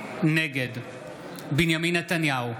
נגד בנימין נתניהו,